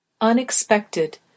Unexpected